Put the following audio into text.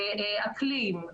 אקלים,